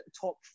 top